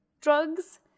drugs